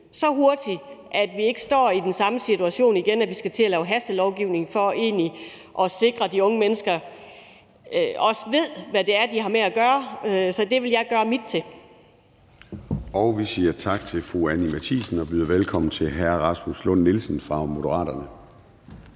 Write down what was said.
så hurtigt, at vi ikke står i den samme situation igen, nemlig at vi skal til at lave hastelovgivning for at sikre, at de unge mennesker også ved, hvad det er, de har med at gøre. Så det vil jeg gøre mit til. Kl. 13:28 Formanden (Søren Gade): Vi siger tak til fru Anni Matthiesen og byder velkommen til hr. Rasmus Lund-Nielsen fra Moderaterne.